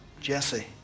Jesse